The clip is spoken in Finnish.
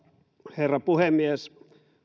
herra puhemies